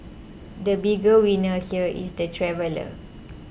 the bigger winner here is the traveller